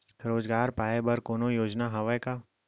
रोजगार पाए बर कोनो योजना हवय का?